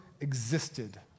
existed